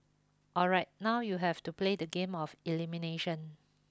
alright now you have to play the game of elimination